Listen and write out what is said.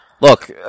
Look